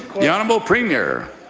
the honourable premier.